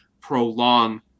prolong